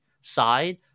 side